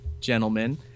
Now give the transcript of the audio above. gentlemen